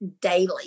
daily